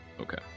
Okay